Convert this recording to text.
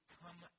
come